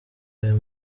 aya